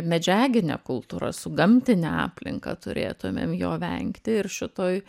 medžiagine kultūra su gamtine aplinka turėtumėm jo vengti ir šitoj